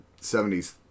70s